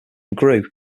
grew